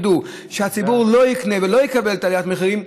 ידעו שהציבור לא יקנה ולא יקבל את עליית המחירים,